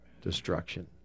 destruction